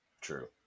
True